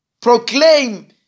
Proclaim